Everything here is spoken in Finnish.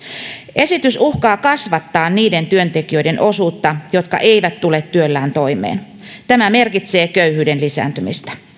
esitys uhkaa kasvattaa niiden työntekijöiden osuutta jotka eivät tule työllään toimeen tämä merkitsee köyhyyden lisääntymistä